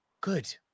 Good